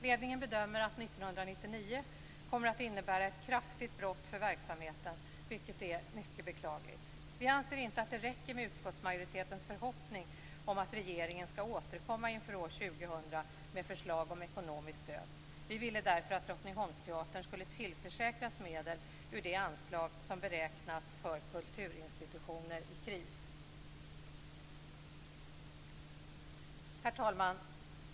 Ledningen bedömer att 1999 kommer att innebära ett kraftigt brott för verksamheten vilket är mycket beklagligt. Vi anser inte att det räcker med utskottsmajoritetens förhoppning om att regeringen skall återkomma inför år 2000 med förslag om ekonomiskt stöd. Vi ville därför att Drottningholmsteatern skulle tillförsäkras medel ur det anslag som beräknats för kulturinstitutioner i kris. Herr talman!